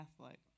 Catholic